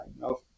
No